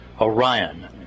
Orion